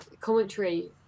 commentary